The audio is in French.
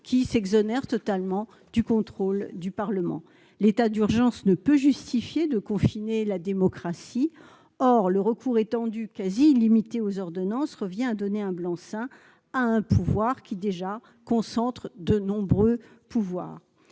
qui s'exonèrent totalement du contrôle du Parlement. L'état d'urgence ne peut justifier de confiner la démocratie. Or le recours étendu et quasi illimité aux ordonnances revient à donner un blanc-seing à un pouvoir qui, déjà, concentre de nombreuses